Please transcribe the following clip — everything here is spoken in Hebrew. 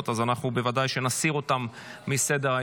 אז אנחנו בוודאי נסיר אותן מסדר-היום.